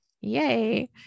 Yay